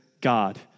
God